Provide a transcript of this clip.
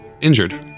Injured